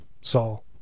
Saul